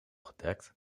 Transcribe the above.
gedekt